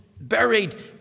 buried